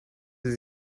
sie